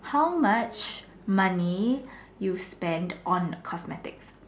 how much money you spent on cosmetics